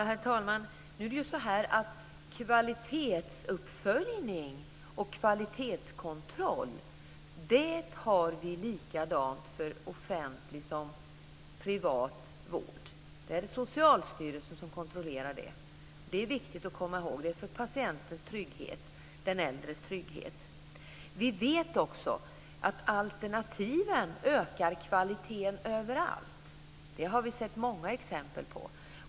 Herr talman! Kvalitetsuppföljning och kvalitetskontroll sker på samma sätt för offentlig som för privat vård. Det är Socialstyrelsen som kontrollerar det. Det är viktigt att komma ihåg. Det är för patientens trygghet - för den äldres trygghet. Vi vet också att alternativen ökar kvaliteten överallt. Det har vi sett många exempel på.